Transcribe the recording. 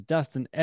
Dustin